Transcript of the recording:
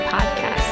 Podcast